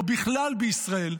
או בכלל בישראל,